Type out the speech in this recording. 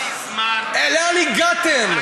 זמן, לאן הגעתם?